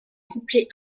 couplets